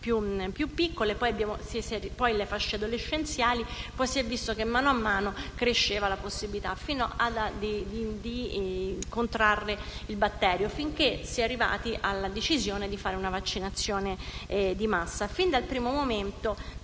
più piccoli, poi le fasce adolescenziali. Si è poi visto che mano a mano cresceva la possibilità di contrarre il batterio, finché si è arrivati alla decisione di fare una vaccinazione di massa.